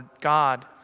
God